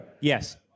Yes